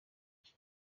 iki